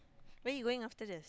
where you going after this